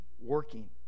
working